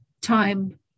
time